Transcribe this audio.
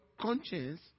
conscience